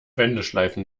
wendeschleifen